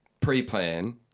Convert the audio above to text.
pre-plan